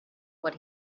what